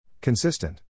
Consistent